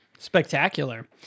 Spectacular